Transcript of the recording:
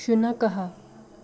शुनकः